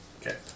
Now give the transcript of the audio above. Okay